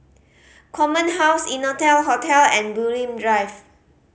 Command House Innotel Hotel and Bulim Drive